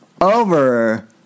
over